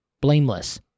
blameless